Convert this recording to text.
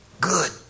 Good